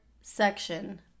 section